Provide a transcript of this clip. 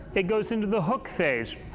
it goes into the hook phase,